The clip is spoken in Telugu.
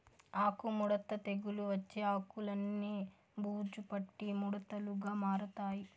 ఆకు ముడత తెగులు వచ్చి ఆకులన్ని బూజు పట్టి ముడతలుగా మారతాయి